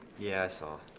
yeah i saw.